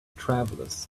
travelers